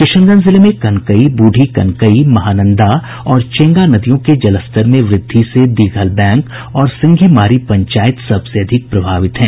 किशनगंज जिले में कनकई बूढ़ी कनकई महानंदा और चेंगा नदियों के जलस्तर में वृद्धि से दिघल बैंक और सिंघीमारी पंचायत सबसे अधिक प्रभावित हैं